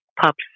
pups